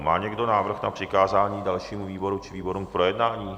Má někdo návrh na přikázání dalšímu výboru či výborům k projednání?